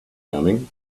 coming